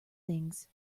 things